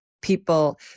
People